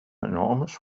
enormous